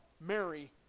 Mary